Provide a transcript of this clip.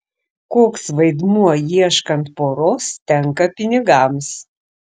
koks vaidmuo ieškant poros tenka pinigams